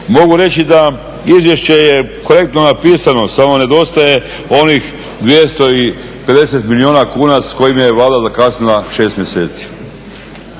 Mogu reći da izvješće je korektno napisano samo nedostaje onih 250 milijuna kuna s kojima je Vlada zakasnila 6 mjeseci.